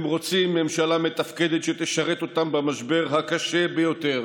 הם רוצים ממשלה מתפקדת שתשרת אותם במשבר הקשה ביותר